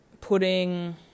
putting